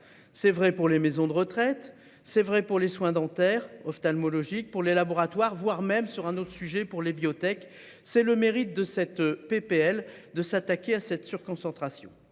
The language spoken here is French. C'est vrai pour les maisons de retraite, c'est vrai pour les soins dentaires, ophtalmologiques pour les laboratoires, voire même sur un autre sujet pour les biotechs. C'est le mérite de cette PPL de s'attaquer à cette surconcentration